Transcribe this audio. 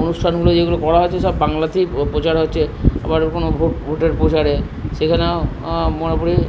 অনুষ্ঠানগুলো যেগুলো করা হচ্ছে সব বাংলাতেই প্রচার হচ্ছে আবার কখনো ভোটের প্রচারে সেখানেও মোটামুটি